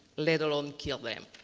let alone kill them.